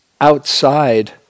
outside